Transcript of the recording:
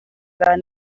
bat